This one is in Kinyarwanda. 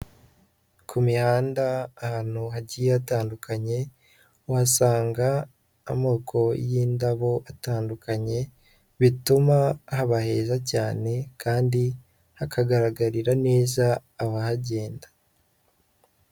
Ku mihanda ahantu hagiye hatandukanye, uhasanga amoko y'indabo atandukanye, bituma haba heza cyane kandi hakagaragarira neza abahagenda.